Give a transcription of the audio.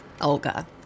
Olga